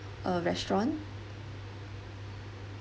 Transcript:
uh restaurant